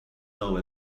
now